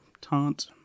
taunt